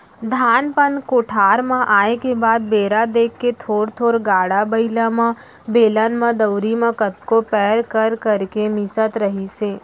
धान पान कोठार म आए के बाद बेरा देख के थोर थोर गाड़ा बइला म, बेलन म, दउंरी म कतको पैर कर करके मिसत रहिस हे